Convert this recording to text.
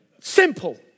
Simple